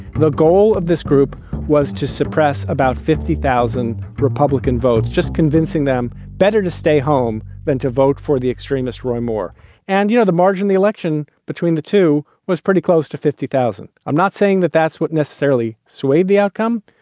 the goal of this group was to suppress about fifty thousand republican votes, just convincing them better to stay home than to vote for the extremist roy moore and, you know, the margin, the election between the two was pretty close to fifty thousand. i'm not saying that that's what necessarily swayed the outcome,